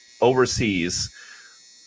overseas